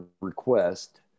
request